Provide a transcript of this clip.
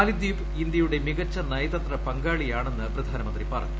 മാലിദ്വീപ് ഇന്ത്യയുടെ മികച്ച നയതന്ത്ര പങ്കാളിയാണെന്ന് പ്രധാനമന്ത്രി പറഞ്ഞു